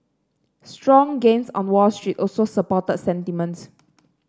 strong gains on Wall Street also supported sentiment